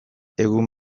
egun